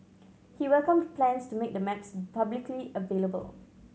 he welcomed plans to make the maps publicly available